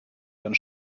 ihren